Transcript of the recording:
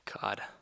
God